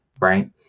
right